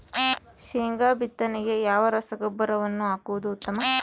ಶೇಂಗಾ ಬಿತ್ತನೆಗೆ ಯಾವ ರಸಗೊಬ್ಬರವನ್ನು ಹಾಕುವುದು ಉತ್ತಮ?